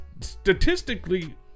statistically